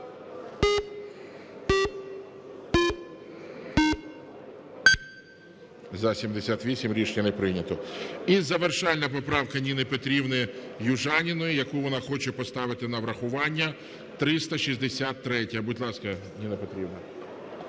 За-78 Рішення не прийнято. І завершальна поправка Ніни Петрівни Южаніної, яку вона хоче поставити на врахування, 363-я. Будь ласка, Ніна Петрівна.